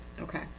okay